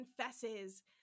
confesses